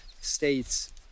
states